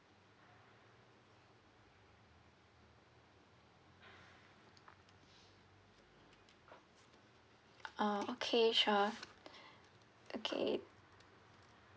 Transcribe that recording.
uh okay sure okay